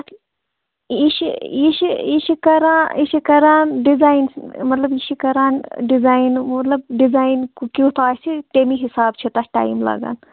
یہِ چھِ یہِ چھِ یہِ چھِ کَران یہِ چھِ کَران ڈِزایِن مطلب یہِ چھِ کَران ڈِزایِن مطلب ڈِزایِن کِیُتھ آسہِ تَمی حِساب چھُ تَتھ ٹایِم لَگان